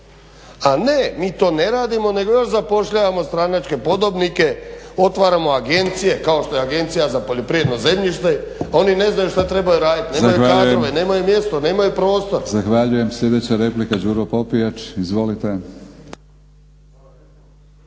A ne, mi to ne radimo nego još zapošljavamo stranačke podobnike, otvaramo agencije kao što je Agencija za poljoprivredno zemljište, a oni ne znaju što trebaju raditi, nemaju kadrove, nemaju mjesto, nemaju prostor. **Batinić, Milorad (HNS)** Zahvaljujem. Sljedeća replika Đuro Popijač, izvolite.